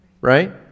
Right